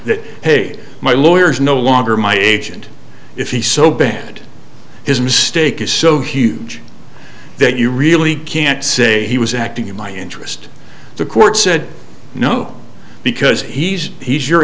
that hey my lawyer is no longer my agent if he so band his mistake is so huge that you really can't say he was acting in my interest the court said no because he's he's your